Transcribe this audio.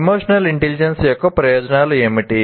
emotional intelligence యొక్క ప్రయోజనాలు ఏమిటి